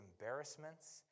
embarrassments